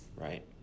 Right